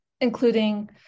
including